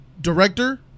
director